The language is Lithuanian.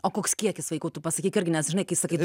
o koks kiekis vaikų tu pasakyk irgi nes žinai kai sakai